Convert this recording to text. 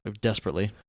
Desperately